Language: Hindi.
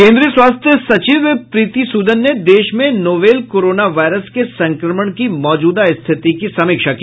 केन्द्रीय स्वास्थ्य सचिव प्रीति सूदन ने देश में नोवेल कोरोना वायरस के संक्रमण की मौजूदा स्थिति की समीक्षा की